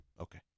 Okay